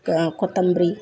ಕ ಕೊತ್ತಂಬರಿ